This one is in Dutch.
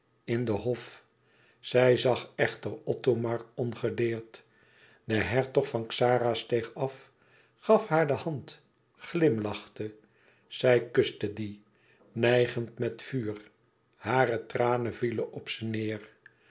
in den hof zij zag echter othomar ongedeerd de hertog van xara steeg af gaf haar de hand glimlachte zij kuste die neigend met vuur hare tranen vielen op ze neêr